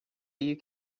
you